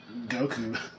Goku